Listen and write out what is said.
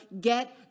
get